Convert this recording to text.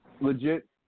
legit